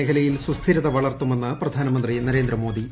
മേഖലയിൽ സുസ്ഥിരത വളർത്തുമെന്ന് പ്രധാനമന്ത്രി നരേന്ദ്രമോദി